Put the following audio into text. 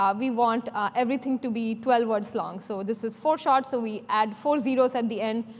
um we want everything to be twelve words long. so this is four short, so we add four zero s at the end,